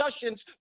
discussions